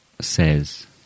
says